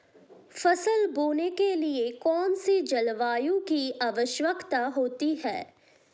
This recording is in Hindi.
फसल बोने के लिए कौन सी जलवायु की आवश्यकता होती है?